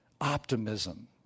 optimism